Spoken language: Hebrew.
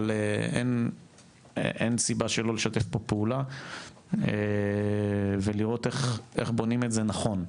אבל אין סיבה שלא לשתף פה פעולה ולראות איך בונים את זה נכון,